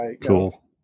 Cool